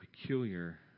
peculiar